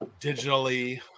digitally